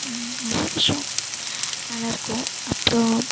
நிறையா விஷயம் நல்லாயிருக்கும் அப்புறம்